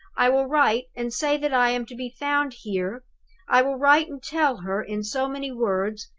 i will write and say that i am to be found here i will write and tell her, in so many words,